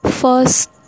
first